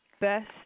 best